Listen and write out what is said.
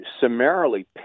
summarily